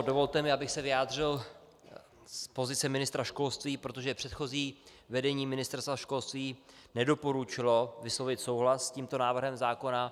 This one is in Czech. Dovolte mi, abych se vyjádřil z pozice ministra školství, protože předchozí vedení Ministerstva školství nedoporučilo vyslovit souhlas s tímto návrhem zákona.